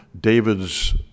David's